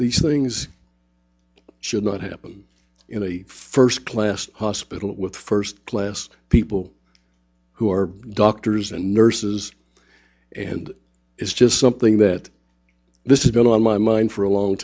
these things should not happen in a first class hospital with first class people who are doctors and nurses and it's just something that this is it on my mind for a long